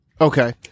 okay